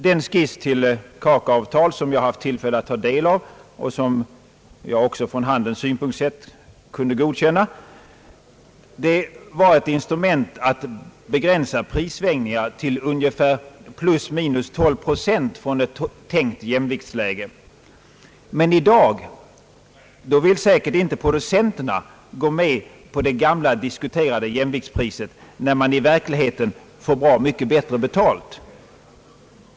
Den skiss till kakaoavtal som jag har haft tillfälle att ta del av och som jag också från handelns synpunkt kunde godkänna, kan vara ett instrument att begränsa prissvängningar till ungefär + 12 procent från ett tänkt jämviktsläge. Men i dag vill producenterna säkert inte gå med på det gamla diskuterade jämviktspriset, när man i verkligheten får bra mycket bättre betalt.